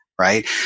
right